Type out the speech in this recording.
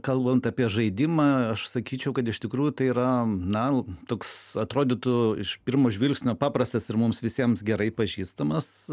kalbant apie žaidimą aš sakyčiau kad iš tikrųjų tai yra na toks atrodytų iš pirmo žvilgsnio paprastas ir mums visiems gerai pažįstamas